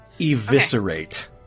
Eviscerate